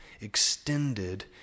extended